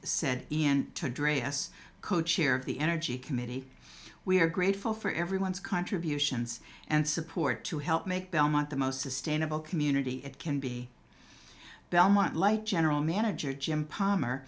said in dre us co chair of the energy committee we are grateful for everyone's contributions and support to help make belmont the most sustainable community it can be belmont light general manager jim palmer